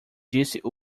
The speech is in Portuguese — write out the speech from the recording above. disse